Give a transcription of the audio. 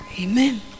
Amen